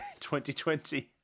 2020